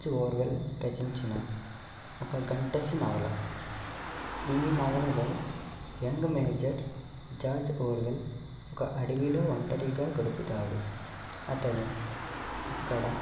George Orwell రచించిన ఒక గంటసి నవల ఈ నవలలో యంగ్ మేజర్ జార్జ్ వోర్వెల్ ఒక అడవిలో ఒంటరిగా గడుపుతాడు అతను అక్కడ